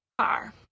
car